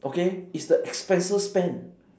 okay is the expenses spent